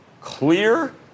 clear